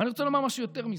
ואני רוצה לומר משהו יותר מזה: